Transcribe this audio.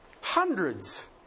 Hundreds